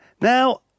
Now